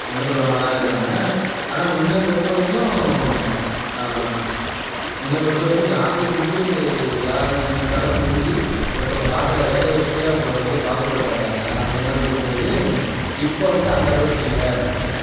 ஒண்ணுக்குள்ளே ஒன்னா தான் இருக்காங்க ஆனால் முன்ன பொறுத்தவரைக்கும் முன்ன பொறுத்தவரைக்கும் ஜாதி வந்து ஜாதி இனத்தால் பிரிஞ்சு ஒருத்தவங்க பார்க்குற வேலையை வச்சு அவங்கள வந்து பாகுபாடு பார்த்தாங்க அந்தமாதிரி இருக்கும்போது இப்போ வந்து அந்த அளவுக்கு இல்லை